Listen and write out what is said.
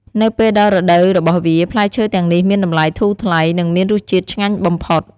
នៅពេលដល់រដូវរបស់វា ផ្លែឈើទាំងនេះមានតម្លៃធូរថ្លៃ និងមានរសជាតិឆ្ងាញ់បំផុត។